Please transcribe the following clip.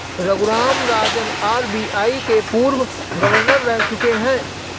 Raghuram Rajan RBI के पूर्व governor रह चुके हैं